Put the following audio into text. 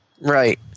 Right